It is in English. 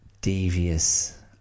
devious